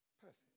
Perfect